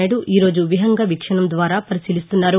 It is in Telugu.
నాయుడు ఈరోజు విహంగ వీక్షణం ద్వారా పరిశీలిస్తున్నారు